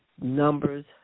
numbers